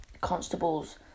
constables